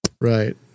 Right